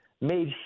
made